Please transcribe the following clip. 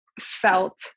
felt